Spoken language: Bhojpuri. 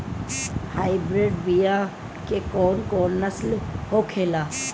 हाइब्रिड बीया के कौन कौन नस्ल होखेला?